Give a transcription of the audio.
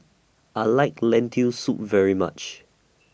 I like Lentil Soup very much